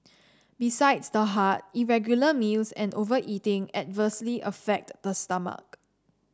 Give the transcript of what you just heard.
besides the heart irregular meals and overeating adversely affect the stomach